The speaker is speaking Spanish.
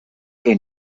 que